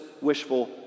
wishful